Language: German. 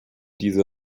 diese